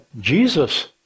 Jesus